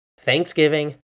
Thanksgiving